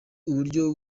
uburyo